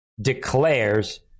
declares